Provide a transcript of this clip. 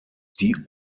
die